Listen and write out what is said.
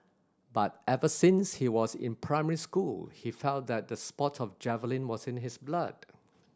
but ever since he was in primary school he felt that the sport of javelin was in his blood